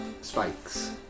spikes